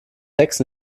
text